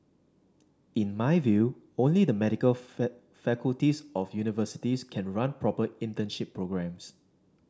in my view only the medical faculties of universities can run proper internship programmes